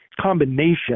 combination